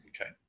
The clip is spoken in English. Okay